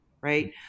right